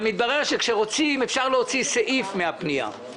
אבל מתברר שכשרוצים אפשר להוציא סעיף מהפנייה.